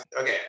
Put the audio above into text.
Okay